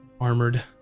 armored